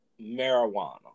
marijuana